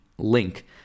Link